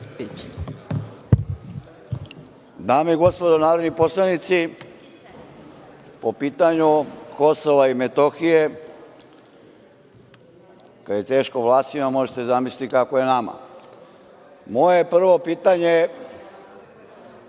Dame i gospodo narodni poslanici, po pitanju Kosova i Metohije, kada je teško Vlasima, možete da zamislite kako je nama. Moje prvo pitanje je